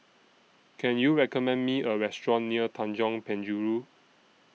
Can YOU recommend Me A Restaurant near Tanjong Penjuru